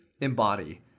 embody